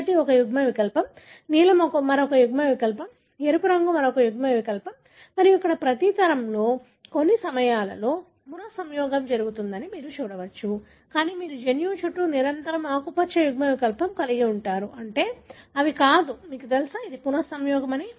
పచ్చటి ఒక యుగ్మ వికల్పం నీలం మరొక యుగ్మవికల్పం ఎరుపు రంగు మరొక యుగ్మవికల్పం మరియు అక్కడ ప్రతి తరంలో కొన్ని సమయాలలో పునఃసంయోగం జరుగుతుందని మీరు చూడవచ్చు కానీ మీరు జన్యువు చుట్టూ నిరంతరం ఆకుపచ్చ యుగ్మవికల్పం కలిగి ఉంటారు అంటే అవి కాదు మీకు తెలుసా పునఃసంయోగం